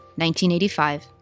1985